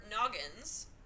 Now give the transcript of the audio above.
noggins